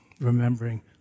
Remembering